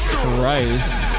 Christ